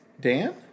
Dan